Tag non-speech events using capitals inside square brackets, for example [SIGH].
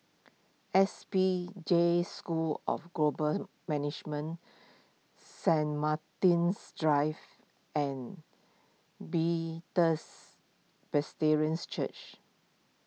S P Jain School of Global Management [NOISE] Saint Martin's Drive and Bethels Presbyterian Church